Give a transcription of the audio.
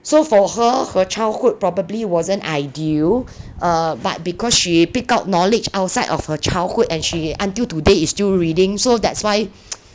so for her her childhood probably wasn't ideal err but because she pick up knowledge outside of her childhood and she until today is still reading so that's why